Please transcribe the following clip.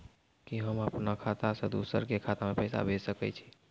कि होम अपन खाता सं दूसर के खाता मे पैसा भेज सकै छी?